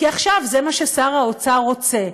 כי עכשיו זה מה ששר האוצר רוצה,